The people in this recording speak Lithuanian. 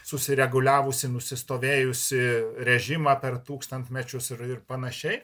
susireguliavusį nusistovėjusį režimą per tūkstantmečius ir ir pananašiai